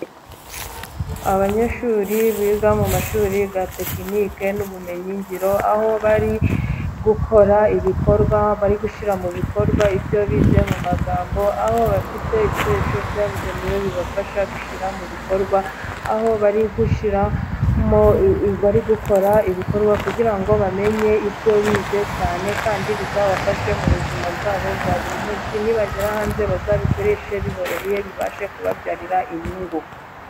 Abanyeshuri biga mu mashuri ya tekinke n'ubumenyigiro aho bari gukora ibikorwa, bari gushyira mu bikorwa ibyo bize mu magambo, aho bafite ibikoresho byabugenewe bibafasha gushyira mu bikorwa aho bari gushyira bari gukora ibikorwa kugira ngo bamenye ibyo bize cyane, kandi bizabafashe mu buzima bwabo bwa buri munsi nibagera hanze bazabikoreshe biboroheye bibashe kubabyarira inyungu.